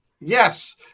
Yes